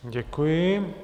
Děkuji.